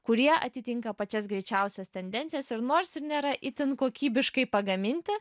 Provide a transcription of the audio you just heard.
kurie atitinka pačias greičiausias tendencijas ir nors ir nėra itin kokybiškai pagaminti